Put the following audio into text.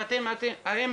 האם